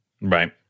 Right